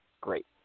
Great